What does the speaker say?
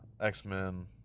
X-Men